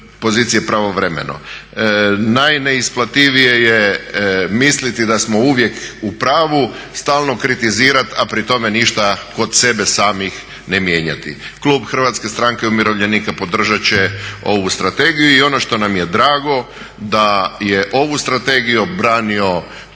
pozicije pravovremeno. Najneisplativije je misliti da smo uvijek u pravu, stalno kritizirati, a pri tome ništa kod sebe samih ne mijenjati. Klub HSU-a podržat će ovu strategiju. I ono što nam je drago da je ovu strategiju branio